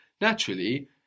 Naturally